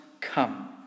come